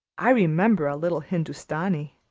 i remember a little hindustani.